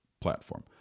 platform